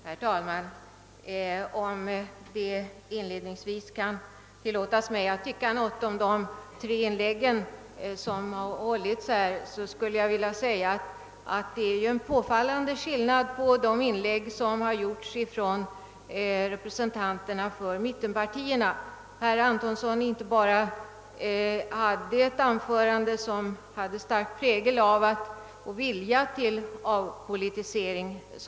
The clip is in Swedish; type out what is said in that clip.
Herr talman! Om det inledningsvis kan tillåtas mig att tycka något om de tre inlägg som hittills gjorts skulle jag vilja säga, att det är en påfallande skillnad mellan de inlägg som gjorts av representanterna för <mittenpartierna. Herr Antonssons anförande hade en stark prägel av och vilja till avpolitisering.